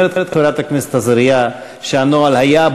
אומרת חברת הכנסת עזריה שהנוהל היה,